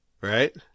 right